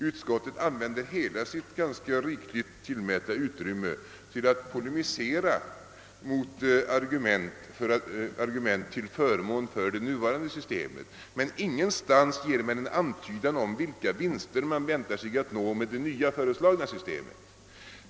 Utskottet använder hela sitt ganska rikligt tillmätta utrymme till att polemisera mot argument till förmån för det nuvarande systemet, men ingenstans ger det en antydan om vilka vinster man väntar sig nå med det föreslagna nya systemet.